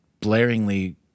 blaringly